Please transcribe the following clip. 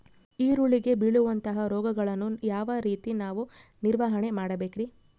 ಈರುಳ್ಳಿಗೆ ಬೇಳುವಂತಹ ರೋಗಗಳನ್ನು ಯಾವ ರೇತಿ ನಾವು ನಿವಾರಣೆ ಮಾಡಬೇಕ್ರಿ?